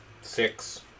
Six